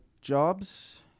jobs